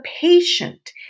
patient